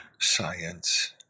science